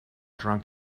drunk